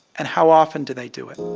and how often do they do it?